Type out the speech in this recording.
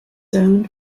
owned